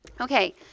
Okay